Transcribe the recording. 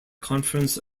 conference